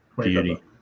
Beauty